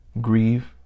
grieve